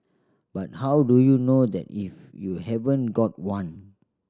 but how do you know that if you haven't got one